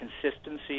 consistency